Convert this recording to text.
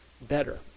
better